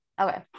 okay